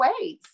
ways